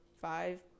five